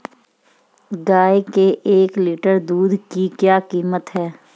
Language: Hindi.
गाय के एक लीटर दूध की क्या कीमत है?